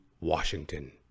Washington